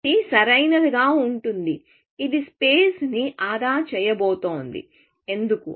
ఇది సరైనదిగా ఉంటుంది ఇది స్పేస్ ని ఆదా చేయబోతోంది ఎందుకు